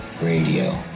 radio